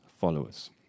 followers